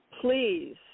Please